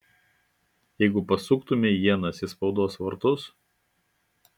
jeigu pasuktumei ienas į spaudos vartus